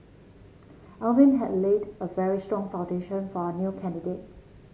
Alvin has laid a very strong foundation for our new candidate